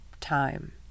time